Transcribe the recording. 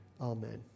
Amen